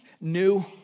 New